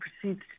proceeds